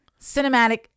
Cinematic